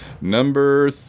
Number